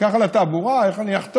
המפקח על התעבורה: איך אני אחתום?